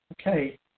Okay